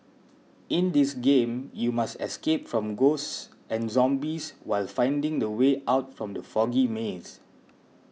in this game you must escape from ghosts and zombies while finding the way out from the foggy maze